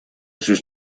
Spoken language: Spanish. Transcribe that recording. sus